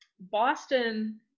Boston